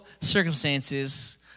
circumstances